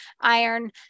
iron